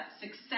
success